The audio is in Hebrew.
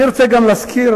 אני רוצה גם להזכיר,